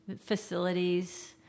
facilities